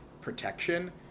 protection